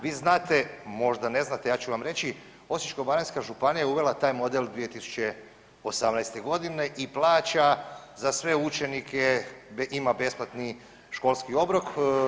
Vi znate, možda ne znate, ja ću vam reći, Osječko-baranjska županija je uvela taj model 2018. godine i plaća za sve učenike ima besplatni školski obrok.